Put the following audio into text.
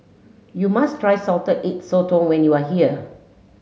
you must try Salted Egg Sotong when you are here